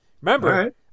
Remember